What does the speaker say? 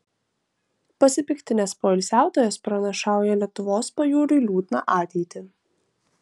pasipiktinęs poilsiautojas pranašauja lietuvos pajūriui liūdną ateitį